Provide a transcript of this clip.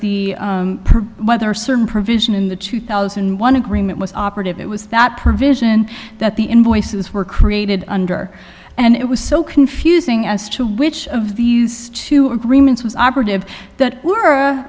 the whether certain provision in the two thousand and one agreement was operative it was that provision that the invoices were created under and it was so confusing as to which of these two agreements was operative that were